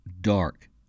dark